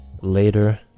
later